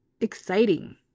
exciting